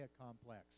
complex